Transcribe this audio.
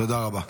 תודה רבה.